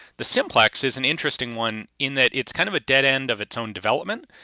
the simplex is an interesting one in that it's kind of a dead end of its own development.